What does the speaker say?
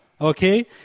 Okay